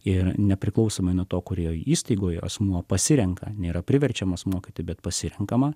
ir nepriklausomai nuo to kurioje įstaigoje asmuo pasirenka nėra priverčiamas mokyti bet pasirenkama